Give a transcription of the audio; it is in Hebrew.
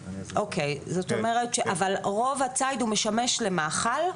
אוקיי, זאת אומרת, אבל רוב הציד משמש למאכל?